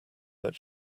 that